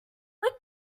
going